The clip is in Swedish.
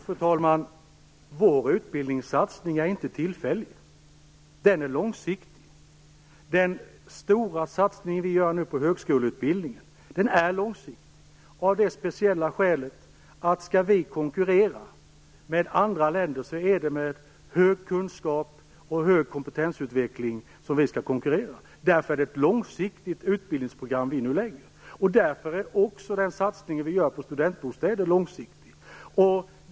Fru talman! Regeringens utbildningssatsning är inte tillfällig. Den är långsiktig. Den stora satsning som nu görs på högskoleutbildningen är långsiktig av det speciella skälet att om Sverige skall kunna konkurrera med andra länder skall det ske med hög kunskapsnivå och hög kompetensutveckling. Därför är det ett långsiktigt utbildningsprogram som regeringen nu lägger fram, och därför är också satsningen på studentbostäder långsiktig.